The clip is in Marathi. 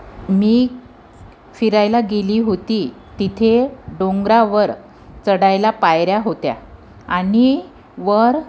मी फिरायला गेली होती तिथे डोंगरावर चढायला पायऱ्या होत्या आणि वर